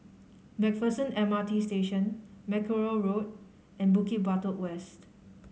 Macpherson M R T Station Mackerrow Road and Bukit Batok West